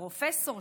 פרופסור,